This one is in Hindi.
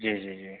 जी जी जी